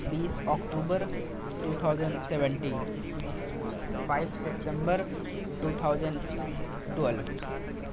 base October two thousand seventy five September two thousand twelve